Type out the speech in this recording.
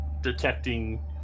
detecting